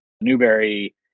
Newberry